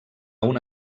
una